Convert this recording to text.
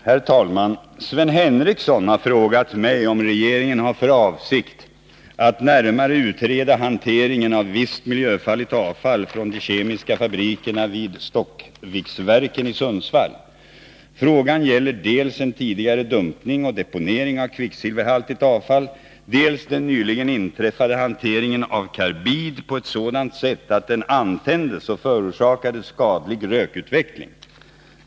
Herr talman! Sven Henricsson har frågat mig om regeringen har för avsikt att närmare utreda hanteringen av visst miljöfarligt avfall från de kemiska fabrikerna vid Stockviksverken i Sundsvall. Frågan gäller dels en tidigare dumpning och deponering av kvicksilverhaltigt avfall, dels den nyligen inträffade hanteringen av karbid på ett sådant sätt att den antändes och förorsakade skadlig rökutveckling.